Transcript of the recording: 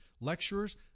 lecturers